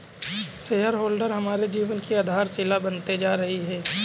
share holder हमारे जीवन की आधारशिला बनते जा रही है